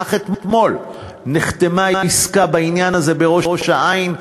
שאך אתמול נחתמה עסקה בעניין הזה בראש-העין,